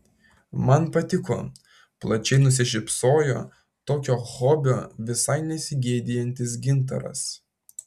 man patiko plačiai nusišypsojo tokio hobio visai nesigėdijantis gintaras